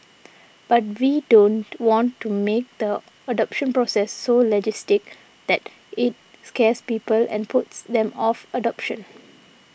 but we don't want to make the adoption process so legalistic that it scares people and puts them off adoption